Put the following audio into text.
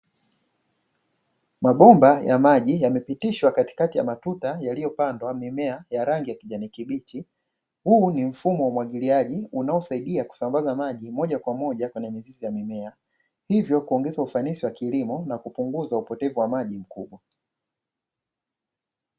Mabomba ya maji yamepitishwa katikati ya matuta yaliyopandwa mimea ya rangi ya kijani kibichi, huu ni mfumo wa umwagiliaji unaosaidia kusambaza maji moja kwa moja kwenye mizizi ya mimea, hivyo kuongeza ufanisi wa kilimo na kupunguza upotevu wa maji mkubwa.